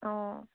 অঁ